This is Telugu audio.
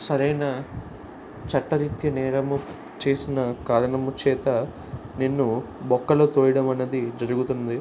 సరైన చట్టరీత్యా నేరము చేసిన కారణము చేత నిన్ను బొక్కలో తోయడం అనేది జరుగుతుంది